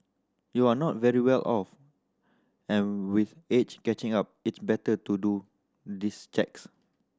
we're not very well off and with age catching up it's better to do these checks